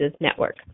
Network